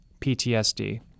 PTSD